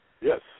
Yes